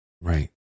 Right